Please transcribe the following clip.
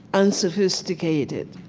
unsophisticated,